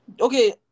Okay